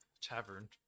tavern